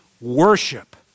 worship